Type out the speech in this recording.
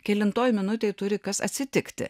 kelintoj minutėj turi kas atsitikti